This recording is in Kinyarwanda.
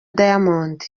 diamond